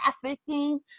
trafficking